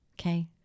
Okay